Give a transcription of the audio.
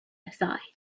aside